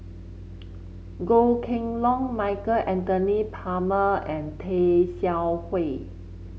Goh Kheng Long Michael Anthony Palmer and Tay Seow Huah